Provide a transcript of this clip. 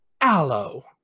Aloe